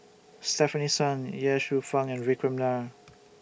Stefanie Sun Ye Shufang and Vikram Nair